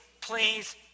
please